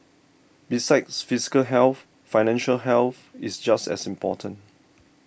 besides physical health financial health is just as important